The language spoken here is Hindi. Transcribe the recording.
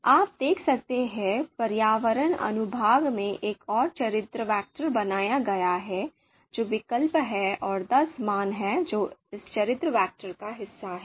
आप देख सकते हैं पर्यावरण अनुभाग में एक और चरित्र वेक्टर बनाया गया है जो विकल्प है और दस मान हैं जो इस चरित्र वेक्टर का हिस्सा हैं